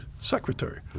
secretary